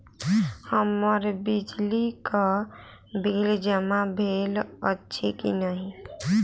हम्मर बिजली कऽ बिल जमा भेल अछि की नहि?